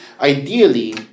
ideally